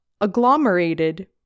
agglomerated